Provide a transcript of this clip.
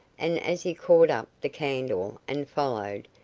and as he caught up the candle and followed,